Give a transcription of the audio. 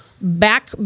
back